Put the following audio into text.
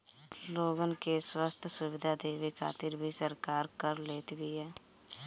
लोगन के स्वस्थ्य सुविधा देवे खातिर भी सरकार कर लेत बिया